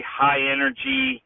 high-energy